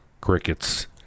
Crickets